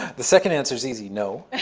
the second answer is easy no.